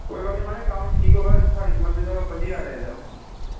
कोई गल्ल निं म्हाराज कम्म ठीक होऐ ते मर्जी दा पंजी ज्हार लेई लैयो